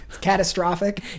catastrophic